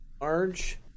Large